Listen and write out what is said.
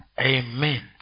Amen